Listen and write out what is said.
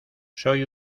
soy